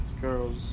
girls